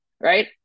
Right